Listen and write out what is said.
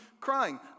crying